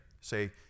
say